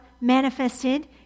manifested